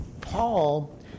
Paul